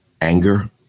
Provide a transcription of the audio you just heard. anger